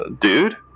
dude